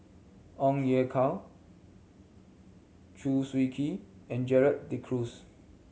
Ong Ye Kung Chew Swee Kee and Gerald De Cruz